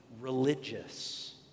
religious